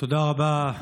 תודה רבה,